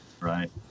Right